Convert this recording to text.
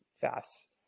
fast